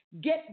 get